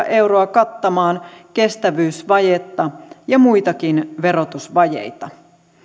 euroa kattamaan kestävyysvajetta ja muitakin verotusvajeita